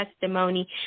testimony